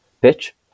pitch